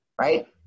right